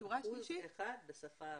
1% בשפה הרוסית,